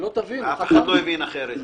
שלא תבינו --- אף אחד לא הבין אחרת.